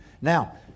now